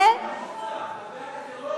את בעד הטרור?